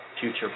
future